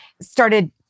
started